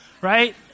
right